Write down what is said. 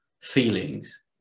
feelings